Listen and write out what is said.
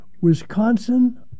Wisconsin